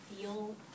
feel